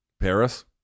Paris